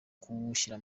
kuwushyira